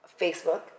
Facebook